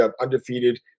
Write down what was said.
undefeated